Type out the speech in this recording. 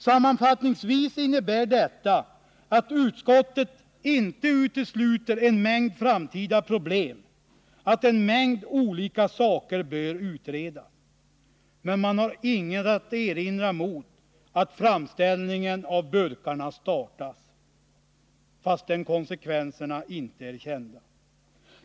Sammanfattningsvis innebär detta att utskottet inte utesluter en mängd framtida problem och att en mängd olika saker bör utredas. Men man har inget att erinra mot att framställningen av burkarna startas, fastän konsekvenserna inte är kända.